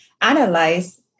analyze